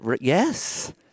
Yes